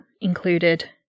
included